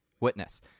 Witness